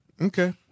okay